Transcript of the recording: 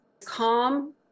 calm